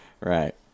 Right